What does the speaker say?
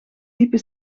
diepe